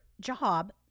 job